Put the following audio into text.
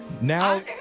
Now